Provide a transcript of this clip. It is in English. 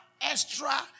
extra